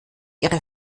ihre